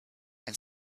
and